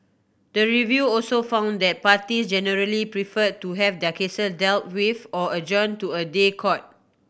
the review also found that parties generally preferred to have their cases dealt with or adjourned to a day court